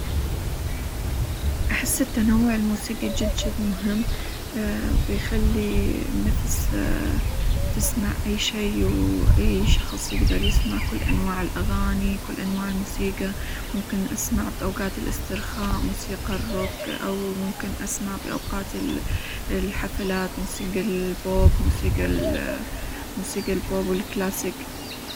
أحس التنوع الموسيقي جد جد مهم، بيخلي النفس تسمع أي شي، و أي شخص يقدر يسمع كل أنواع الأغاني، كل أنواع الموسيقى، ممكن أسمع بأوقات الاسترخاء موسيقى الروك، أو ممكن أسمع بأوقات -ال- الحفلات موسيقى البوب موسيقى-ال- موسيقى البوب، والكلاسيك.